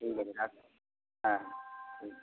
ঠিক আছে রাখলাম হ্যাঁ ঠিক